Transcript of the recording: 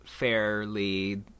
fairly